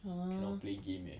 cannot play game leh